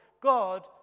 God